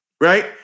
Right